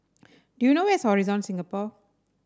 do you know where is Horizon Singapore